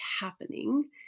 happening